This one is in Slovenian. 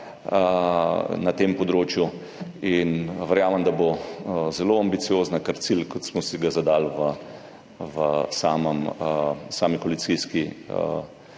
na tem področju. Verjamem, da bo zelo ambiciozna, ker cilj, kot smo si ga zadali v sami koalicijski